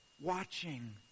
watching